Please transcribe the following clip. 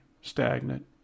stagnant